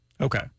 Okay